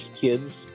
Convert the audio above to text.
kids